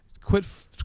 quit